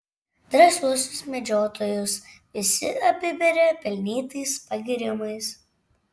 drąsiuosius medžiotojus visi apiberia pelnytais pagyrimais